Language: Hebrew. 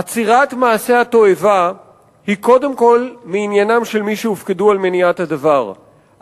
עצירת מעשי התועבה היא קודם כול מעניינם של מי שהופקדו על מניעת הדבר,